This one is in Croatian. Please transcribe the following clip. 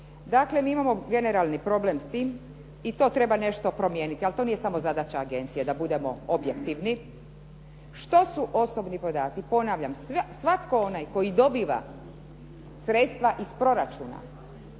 Dakle, mi imamo generalni problem s tim i to treba nešto promijeniti, ali to nije samo zadaća agencije, da budemo objektivni, što su osobni podaci, ponavljam, svatko onaj koji dobiva sredstva iz proračuna